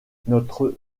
notre